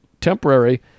temporary